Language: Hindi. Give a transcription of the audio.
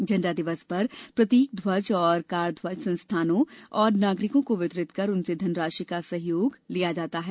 झण्डा दिवस पर प्रतीक ध्वज एवं कार ध्वज संस्थाओं और नागरिकों को वितरित कर उनसे धन राशि का योगदान लिया जाता है